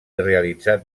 realitzat